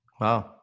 Wow